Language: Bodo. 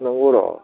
नंगौ र'